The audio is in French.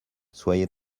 soyez